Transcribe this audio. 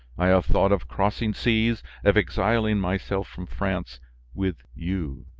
i have thought of crossing seas, of exiling myself from france with you,